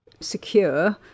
secure